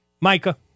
Micah